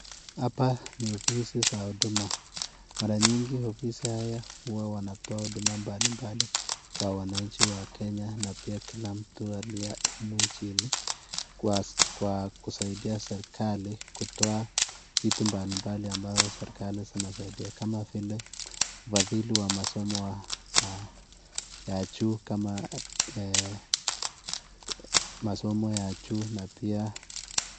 Hapa ni ofisi za huduma ,mara nyingi ofisi haya huwa wanatoa huduma mbali mbali kwa mwananchi wa kenya na pia kila mtu aliye nchini kwa kusaidia serikali kutoa vitu mbali mbali ambayo serikali zinasaidia kama vile ufadhili wa masomo ya juu.